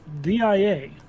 DIA